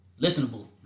listenable